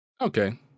okay